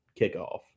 kickoff